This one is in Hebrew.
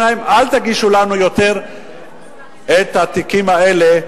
להם: אל תגישו לנו יותר את התיקים האלה,